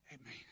Amen